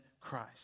Christ